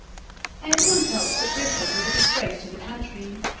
every one felt that richard was a disgrace to the country,